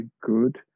good